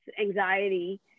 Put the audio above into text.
anxiety